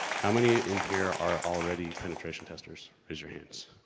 how many in here are already penetration testers? raise your hands.